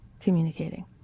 communicating